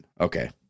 Okay